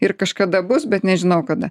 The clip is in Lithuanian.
ir kažkada bus bet nežinau kada